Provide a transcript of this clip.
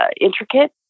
intricate